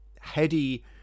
heady